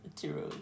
true